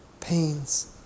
pains